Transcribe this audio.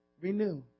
Renew